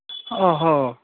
ओहो